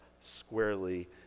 squarely